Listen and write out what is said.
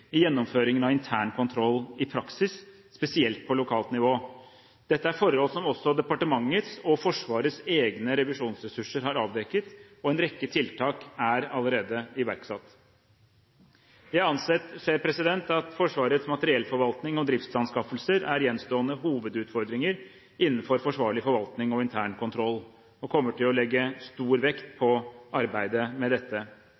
gjennomføringen av intern kontroll i praksis, spesielt på lokalt nivå. Dette er forhold som også departementets og Forsvarets egne revisjonsressurser har avdekket, og en rekke tiltak er allerede iverksatt. Jeg anser at Forsvarets materiellforvaltning og driftsanskaffelser er gjenstående hovedutfordringer innenfor forsvarlig forvaltning og intern kontroll, og kommer til å legge stor vekt på arbeidet med dette.